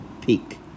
peak